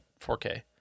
4K